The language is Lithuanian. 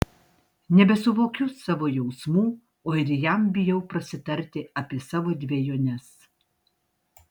nebesuvokiu savo jausmų o ir jam bijau prasitarti apie savo dvejones